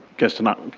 gastanaduy.